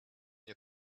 nie